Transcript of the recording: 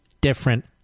different